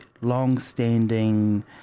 long-standing